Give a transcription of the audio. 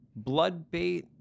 Bloodbait